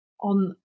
on